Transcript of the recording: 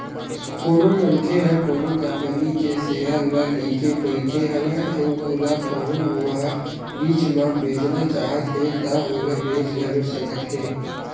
कोनो मनखे ह कोनो कंपनी के सेयर ल लेके बइठे हवय अउ ओला कहूँ ओहा बीच म बेचना चाहत हे ता ओला बेच घलो सकत हे